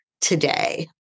today